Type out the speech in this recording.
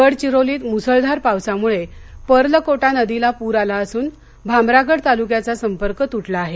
गडचिरोलीत मुसळधार पावसामुळे पर्लकोटा नदीला पूर आला असून भामरागड तालुक्याचा संपर्क तुटला आहे